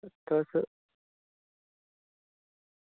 तुस